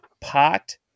Pot